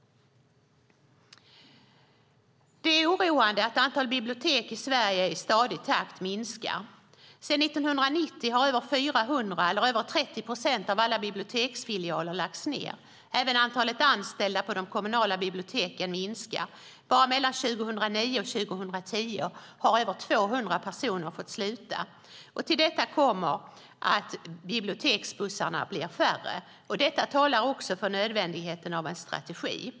Det är oroande att antalet bibliotek i Sverige minskar i stadig takt. Sedan 1990 har över 400, över 30 procent, av alla biblioteksfilialer lagts ned. Även antalet anställda på de kommunala biblioteken minskar. Bara mellan 2009 och 2010 har över 200 personer fått sluta. Till detta kommer att biblioteksbussarna blir färre. Detta talar också för nödvändigheten av en strategi.